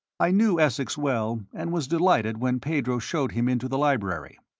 i knew wessex well, and was delighted when pedro showed him into the library.